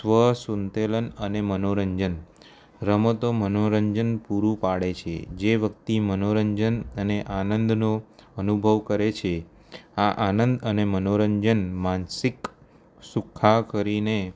સ્વસંતુલન અને મનોરંજન રમતો મનોરંજન પૂરું પાડે છે જે વ્યક્તિ મનોરંજન અને આનંદનો અનુભવ કરે છે આ મનોરંજન આનંદ અને માનસિક સુખાકારીને